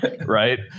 right